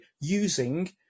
using